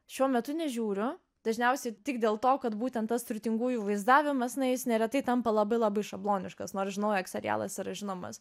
šiuo metu nežiūriu dažniausiai tik dėl to kad būtent tas turtingųjų vaizdavimas na jis neretai tampa labai labai šabloniškas nors žinau jog serialas yra žinomas